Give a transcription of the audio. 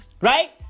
Right